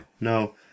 No